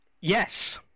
yes